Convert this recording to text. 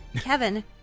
Kevin